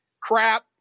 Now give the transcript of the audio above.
crap